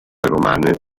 romane